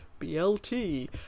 BLT